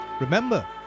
Remember